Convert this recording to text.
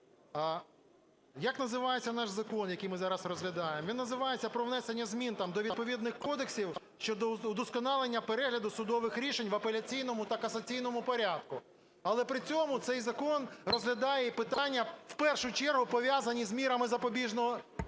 Як називається наш закон, який ми зараз розглядаємо? Він називається: про внесення змін там до відповідних кодексів щодо удосконалення перегляду судових в апеляційному та касаційному порядку. Але при цьому цей закон розглядає і питання, в першу чергу, пов’язані з мірами запобіжного